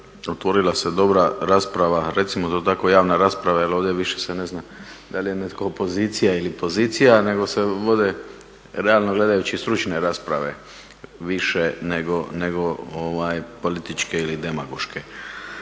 otvorila se dobra rasprava, recimo to tako javna rasprava, jer ovdje više se ne zna da li je netko opozicija ili pozicija nego se vode realno gledajući stručne rasprave više nego političke ili demagoške.